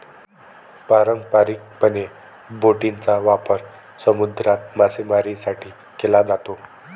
पारंपारिकपणे, बोटींचा वापर समुद्रात मासेमारीसाठी केला जातो